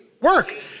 Work